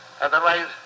Otherwise